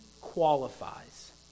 qualifies